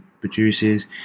produces